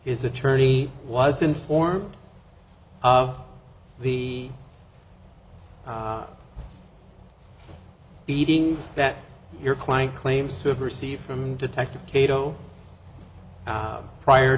his attorney was informed of the beatings that your client claims to have received from detective kato prior